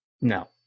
No